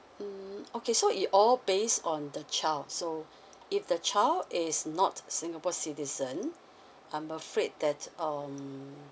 mm okay so it all based on the child so if the child is not singapore citizen I'm afraid that um